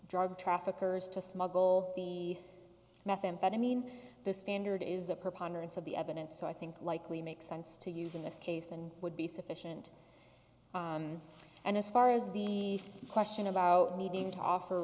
drug traffickers to smuggle the methamphetamine the standard is a preponderance of the evidence so i think likely makes sense to use in this case and would be sufficient and as far as the question about needing to offer